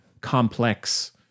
complex